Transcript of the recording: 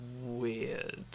weird